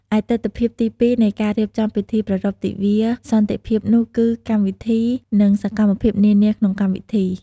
ឯទិដ្ឋភាពទីពីរនៃការរៀបចំពិធីប្រារព្ធទិវាសន្តិភាពនោះគឺកម្មវិធី និងសកម្មភាពនានាក្នុងកម្មវិធី។